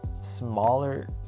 Smaller